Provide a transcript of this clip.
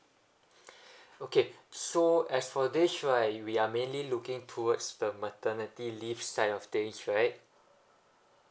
okay so as for this right we are mainly looking towards the maternity leave side of things right